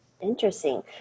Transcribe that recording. Interesting